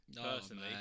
personally